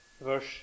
verse